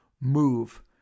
move